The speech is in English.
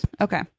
okay